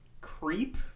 Creep